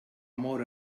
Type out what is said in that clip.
amor